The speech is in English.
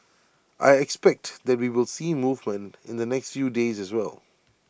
I expect that we will see movement in the next few days as well